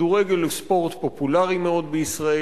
כדורגל הוא ספורט פופולרי מאוד בישראל.